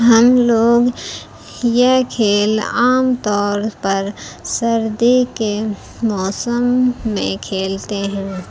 ہم لوگ یہ کھیل عام طور پر سردی کے موسم میں کھیلتے ہیں